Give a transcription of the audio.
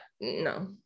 no